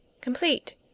Complete